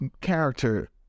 character